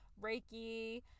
Reiki